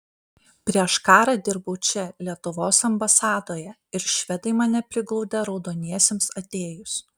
prieš karą dirbau čia lietuvos ambasadoje ir švedai mane priglaudė raudoniesiems atėjus